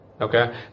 Okay